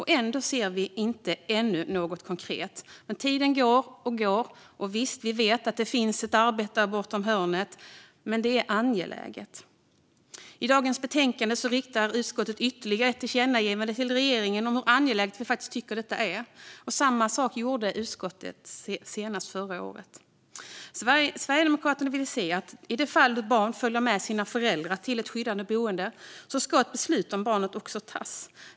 Ändå ser vi ännu inte något konkret. Tiden går och går. Visst, vi vet att det finns ett arbete bortom hörnet, men detta är angeläget. I dagens betänkande föreslår utskottet ytterligare ett tillkännagivande till regeringen om hur angeläget vi tycker att detta är. Samma sak gjorde utskottet senast förra året. Sverigedemokraterna vill se att i de fall ett barn följer med sin förälder till ett skyddat boende ska ett beslut om barnet också tas.